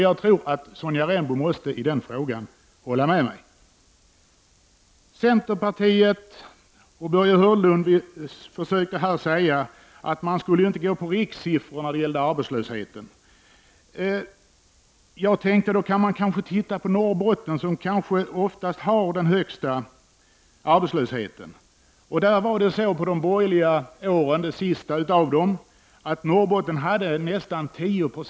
Jag tror att Sonja Rembo måste hålla med mig i den här frågan. Centerpartiets Börje Hörnlund försökte säga att man inte skall förlita sig på rikssiffror när det gäller arbetslösheten. Man kan titta på Norrbotten som oftast har den högsta arbetslösheten. Under det sista borgerliga regeringsåret hade Norrbotten en arbetslöshet på nästan 10 96.